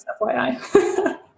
FYI